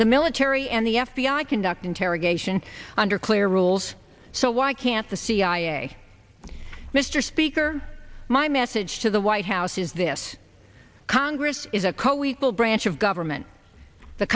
the military and the f b i conduct interrogation under clear rules so why can't the cia mr speaker my message to the white house is this congress is a co equal branch of government the